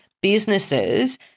businesses